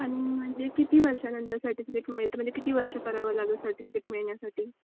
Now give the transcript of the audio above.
आणि म्हणजे किती वर्षानंतर सर्टिफिकेट मिळतं म्हणजे किती वर्ष करावं लागेल सर्टिफिकेट मिळण्यासाठी